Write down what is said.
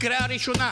זאת קריאה ראשונה,